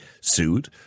sued